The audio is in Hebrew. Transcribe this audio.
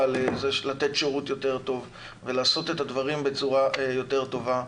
לתת שירות יותר טוב ולעשות את הדברים בצורה יותר טובה,